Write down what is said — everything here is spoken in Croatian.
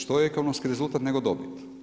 Što je ekonomski rezultat nego dobit.